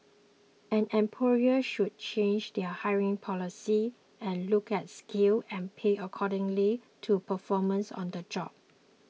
and employers should change their hiring policies and look at skills and pay accordingly to performance on the job